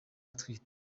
atwite